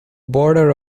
border